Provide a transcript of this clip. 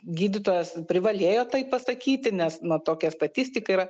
gydytojas privalėjo tai pasakyti nes na tokia statistika yra